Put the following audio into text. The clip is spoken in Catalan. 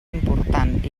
important